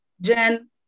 Jen